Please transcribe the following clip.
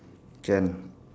can